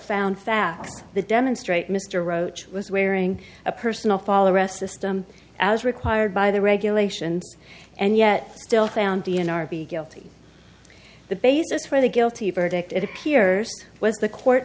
found fast the demonstrate mr roach was wearing a personal follow arrest the system as required by the regulations and yet still found d n r be guilty the basis for the guilty verdict it appears was the court